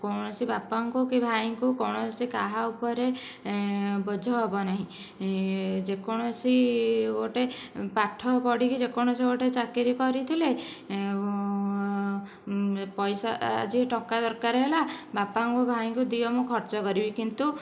କୌଣସି ବାପାଙ୍କୁ କି ଭାଇଙ୍କୁ କୌଣସି କାହା ଉପରେ ବୋଝ ହେବ ନାହିଁ ଯେକୌଣସି ଗୋଟେ ପାଠ ପଢ଼ିକି ଯେକୌଣସି ଗୋଟେ ଚାକିରୀ କରିଥିଲେ ପଇସା ଆଜି ଟଙ୍କା ଦରକାର ହେଲା ବାପାଙ୍କୁ ଭାଇଙ୍କୁ ଦିଅ ମୁଁ ଖର୍ଚ୍ଚ କରିବି କିନ୍ତୁ